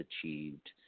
achieved